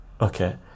okay